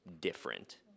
different